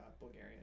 Bulgarian